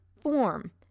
form